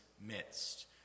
midst